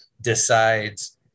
decides